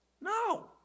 No